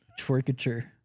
Twerkature